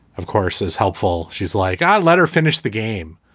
of course, is helpful. she's like, i let her finish the game.